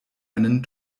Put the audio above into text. einen